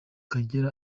kagere